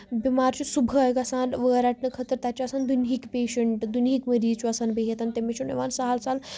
بیٚمار چھُ صُبحٲے گژھان وٲر رَٹنہٕ خٲطرٕ تَتہِ چھُ آسان دُنیہٕکۍ پیشنٹ دُنیہکۍ مٔریٖز چھُ آسان بِہتھ تٔمِس چھُ نہٕ یِوان سَہل سَہل